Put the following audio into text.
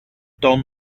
don